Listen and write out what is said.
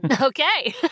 okay